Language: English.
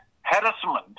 harassment